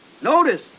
Notice